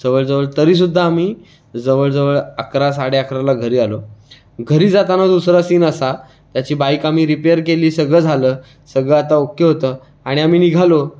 जवळ जवळ तरीसुद्धा आम्ही जवळ जवळ अकरा साडेअकराला घरी आलो घरी जाताना दुसरा सीन असा त्याची बाईक आम्ही रिपेअर केली सगळं झालं सगळं आता ओके होतं आणि आम्ही निघालो